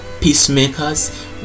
peacemakers